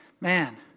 Man